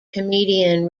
comedian